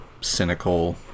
cynical